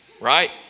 right